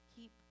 keep